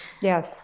Yes